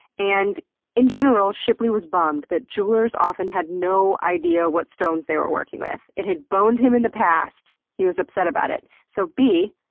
and in general shipley was bummed that jewelers often had no idea what stones they were working with. it had boned him in the past, he was upset about it. so, bea,